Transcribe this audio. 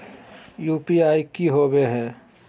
UPI की होवे है?